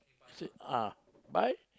said ah bye